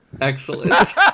Excellent